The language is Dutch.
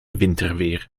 winterweer